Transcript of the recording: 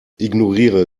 ignoriere